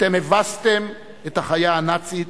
אתם הבסתם את החיה הנאצית,